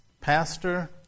Pastor